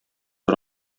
бер